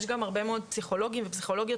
יש גם הרבה מאוד פסיכולוגים ופסיכולוגיות